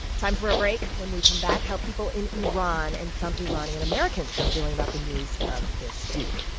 time for a break. when we come back how people in iran and some iranian americans are feeling about the news of this week.